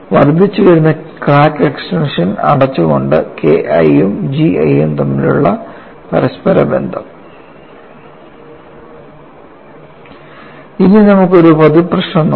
വർദ്ധിച്ചുവരുന്ന crack extension അടച്ചുകൊണ്ട് KI യും GI യും തമ്മിലുള്ള പരസ്പരബന്ധം ഇനി നമുക്ക് ഒരു പൊതു പ്രശ്നം നോക്കാം